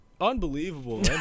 Unbelievable